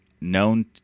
known